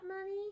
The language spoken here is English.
money